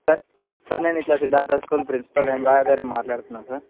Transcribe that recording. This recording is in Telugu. సార్ సార్ నేను ఇలా సిద్ధార్థ స్కూల్ ప్రిన్సిపల్ గంగాధర్ని మాట్లాడుతున్నాను సార్